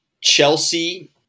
Chelsea